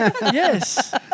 Yes